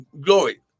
glory